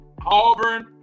Auburn